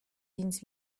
więc